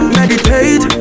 meditate